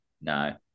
no